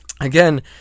again